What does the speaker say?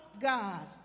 god